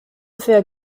wir